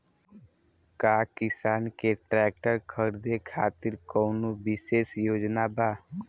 का किसान के ट्रैक्टर खरीदें खातिर कउनों विशेष योजना बा?